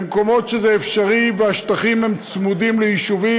במקומות שזה אפשרי והשטחים הם צמודים ליישובים,